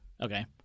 Okay